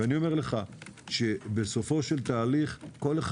ואני אומר לך שבסופו של תהליך כל אחד